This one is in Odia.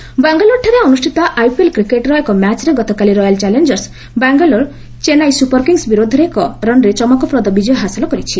ଆଇପିଏଲ୍ ବାଙ୍ଗାଲୋରଠାରେ ଅନ୍ରଷ୍ଠିତ ଆଇପିଏଲ୍ କ୍ରିକେଟ୍ର ଏକ ମ୍ୟାଚ୍ରେ ଗତକାଲି royal challengers Bangalore Chennai super kings ବିର୍ଦ୍ଧରେ ଏକ ରନ୍ରେ ଚମକପ୍ରଦ ବିଜୟ ହାସଲ କରିଛି